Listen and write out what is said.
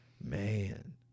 man